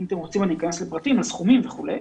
אם אתם רוצים אני אכנס לפרטים, לסכומים וכולי.